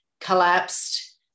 collapsed